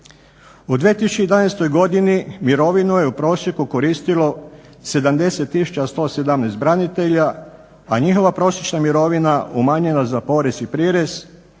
U 2011.godini mirovinu je u prosjeku koristilo 70 tisuća 117 branitelja, a njihova prosječna mirovina umanjena za porez i prirez